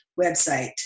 website